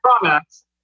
products